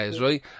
right